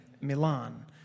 Milan